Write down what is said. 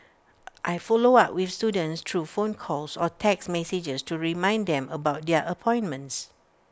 I follow up with students through phone calls or text messages to remind them about their appointments